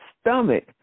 stomach